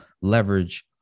leverage